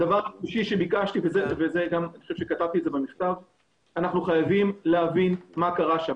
דבר שלישי, אנחנו חייבים להבין מה קרה שם.